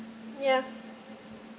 yeah